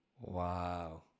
Wow